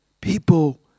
People